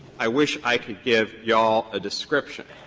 i wish i could give y'all a description.